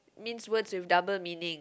means words with double meaning